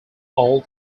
all